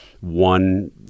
one